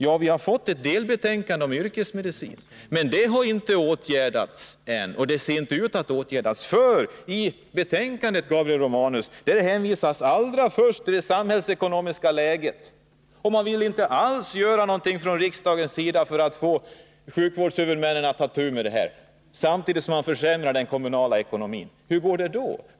Ja, vi har fått ett delbetänkande om yrkesmedicinen, men det har ännu inte åtgärdats, och det ser inte ut att bli åtgärdat. I utskottets betänkande hänvisas allra först till det samhällsekonomiska läget. Utskottet vill inte göra någonting alls för att få sjukvårdshuvudmännen att ta itu med det här. Och samtidigt försämrar man den kommunala ekonomin. Hur går det då?